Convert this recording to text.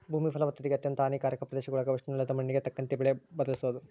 ಭೂಮಿ ಫಲವತ್ತತೆಗೆ ಅತ್ಯಂತ ಹಾನಿಕಾರಕ ಪ್ರದೇಶಗುಳಾಗ ಉಷ್ಣವಲಯದ ಮಣ್ಣಿಗೆ ತಕ್ಕಂತೆ ಬೆಳೆ ಬದಲಿಸೋದು